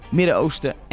Midden-Oosten